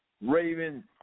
raven